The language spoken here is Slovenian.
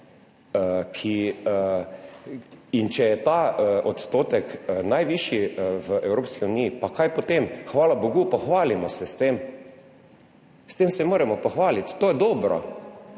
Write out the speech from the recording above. In če je ta odstotek najvišji v Evropski uniji, pa kaj potem, hvala bogu, pohvalimo se s tem. S tem se moramo pohvaliti. To je dobro.